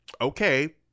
okay